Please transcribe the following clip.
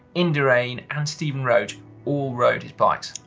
inderain and steven rhode all rode his bikes.